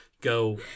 go